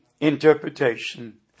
interpretation